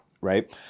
right